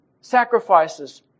sacrifices